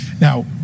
Now